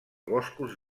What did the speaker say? boscos